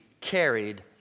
carried